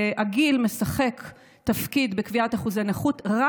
ושהגיל משחק תפקיד בקביעת אחוזי נכות רק